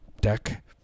deck